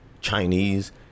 chinese